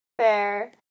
fair